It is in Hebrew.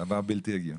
דבר בלתי הגיוני.